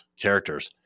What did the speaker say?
characters